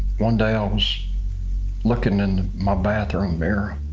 one day i was looking in my bathroom mirror.